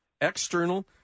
external